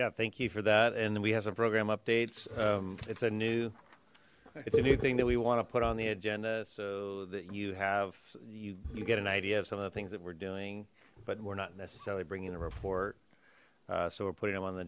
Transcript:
yeah thank you for that and we have some program updates um it's a new it's a new thing that we want to put on the agenda so that you have you you get an idea of some of the things that we're doing but we're not necessarily bringing a report so we're putting them on the